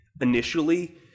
initially